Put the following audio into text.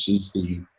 is the,